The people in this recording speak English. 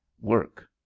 work